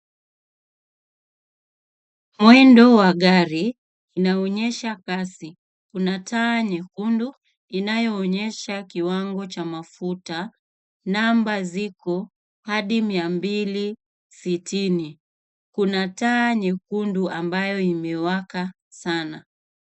Mwendo wa gari, inaonyesha kasi, kuna taa nyekundu, inayo onyesha kiwango cha mafuta, namba ziko, hadi mia mbili sitini, kuna taa nyekundu ambayo imewaka sana.